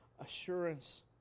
assurance